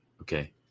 Okay